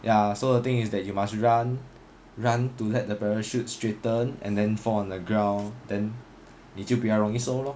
ya so the thing is that you must run run to let the parachute straighten and then fall on the ground then 你就比较容易收 lor